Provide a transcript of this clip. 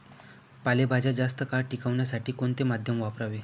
पालेभाज्या जास्त काळ टिकवण्यासाठी कोणते माध्यम वापरावे?